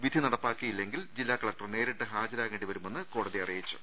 വിധി നടപ്പായില്ലെങ്കിൽ ജില്ലാ കലക്ടർ നേരിട്ട് ഹാജരാകേണ്ടി വരുമെന്ന് കോടതി അറിയിച്ചു